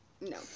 No